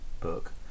book